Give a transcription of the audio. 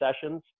sessions